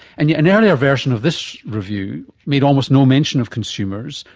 and yet an earlier version of this review made almost no mention of consumers.